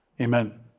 amen